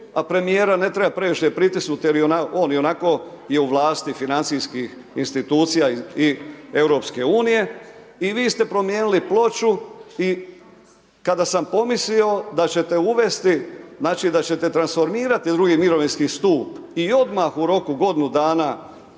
a premijera ne treba previše pritisnut jer on ionako je u vlasti financijskih institucija i EU i vi ste promijenili ploču i kada sam pomislio da ćete uvesti, znači da ćete transformirati u drugi mirovinski stup i odmah u roku od godinu dana